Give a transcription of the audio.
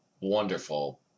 wonderful